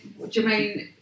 Jermaine